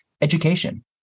education